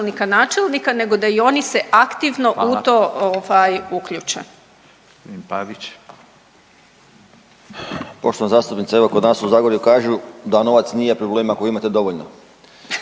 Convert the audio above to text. načelnika nego da i oni se aktivno u to uključe.